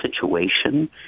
situation